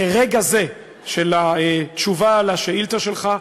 לרגע זה של התשובה על השאילתה שלך,